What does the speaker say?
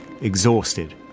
exhausted